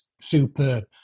superb